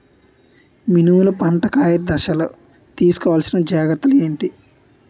మినుములు పంట కాయ దశలో తిస్కోవాలసిన జాగ్రత్తలు ఏంటి?